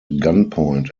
gunpoint